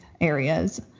areas